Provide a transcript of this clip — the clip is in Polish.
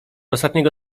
ostatniego